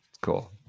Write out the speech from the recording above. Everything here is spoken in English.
Cool